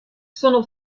sono